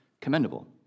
commendable